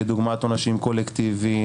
דוגמת עונשים קולקטיביים,